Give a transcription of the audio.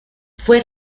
fue